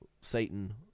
Satan